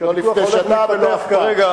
לא לפני שנה ולא אף פעם.